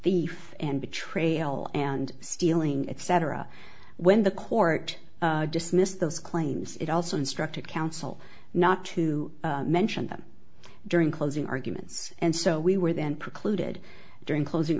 thief and betrayal and stealing etc when the court dismissed those claims it also instructed counsel not to mention them during closing arguments and so we were then precluded during closing